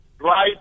right